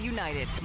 United